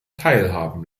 teilhaben